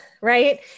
Right